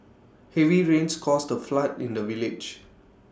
heavy rains caused A flood in the village